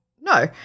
No